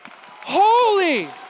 holy